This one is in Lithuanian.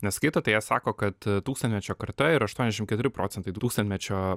neskaito tai jie sako kad tūkstantmečio karta ir aštuoniasdešim keturi procentai tūkstantmečio